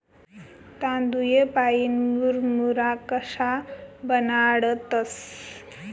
तांदूय पाईन मुरमुरा कशा बनाडतंस?